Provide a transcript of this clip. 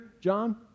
John